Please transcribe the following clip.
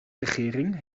regering